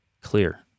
clear